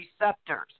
receptors